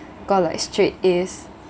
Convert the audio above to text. got like straight As